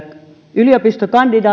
yliopistokandin